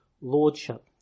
lordship